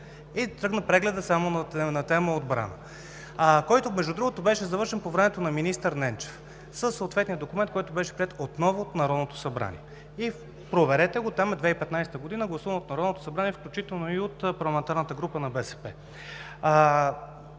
тръгна само на тема „Отбрана“, който, между другото, беше завършен по времето на министър Ненчев със съответния документ, приет отново от Народното събрание. Проверете го – там е 2015 г., гласуван е от Народното събрание, включително и от парламентарната група на БСП.